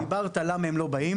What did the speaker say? כשדיברת על למה הם לא באים,